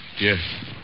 Yes